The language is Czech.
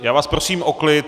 Já vás prosím o klid.